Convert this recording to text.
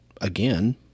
again